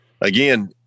again